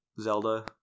Zelda